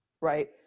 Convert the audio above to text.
Right